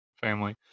family